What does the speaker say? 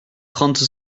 trente